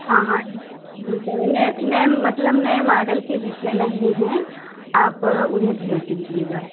हाँ हाँ नी में नए मतलब नए माडल के जितने लहँगे हैं आप उन्हें भेज दीजिएगा